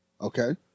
Okay